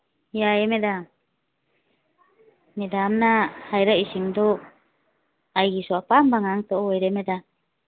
ꯌꯥꯏꯌꯦ ꯃꯦꯗꯥꯝ ꯃꯦꯗꯥꯝꯅ ꯍꯥꯏꯔꯛꯏꯁꯤꯡꯗꯨ ꯑꯩꯒꯤꯁꯨ ꯑꯄꯥꯝꯕ ꯉꯥꯛꯇ ꯑꯣꯏꯔꯦ ꯃꯦꯗꯥꯝ